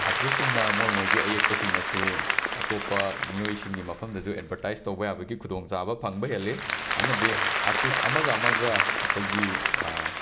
ꯑꯥꯔꯇꯤꯁꯁꯤꯡꯅ ꯃꯣꯏ ꯃꯣꯏꯒꯤ ꯑꯌꯦꯛꯄꯁꯤꯡ ꯑꯁꯤ ꯑꯇꯣꯞꯄ ꯃꯤꯑꯣꯏꯁꯤꯡꯒꯤ ꯃꯐꯝꯗꯁꯨ ꯑꯦꯠꯕꯔꯇꯥꯏꯁ ꯇꯧꯕ ꯌꯥꯕꯒꯤ ꯈꯨꯗꯣꯡ ꯆꯥꯕ ꯐꯪꯕ ꯍꯦꯜꯂꯤ ꯑꯃꯗꯤ ꯑꯥꯔꯇꯤꯁ ꯑꯃꯒ ꯑꯃꯒ ꯑꯩꯈꯣꯏꯒꯤ